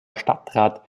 stadtrat